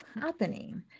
happening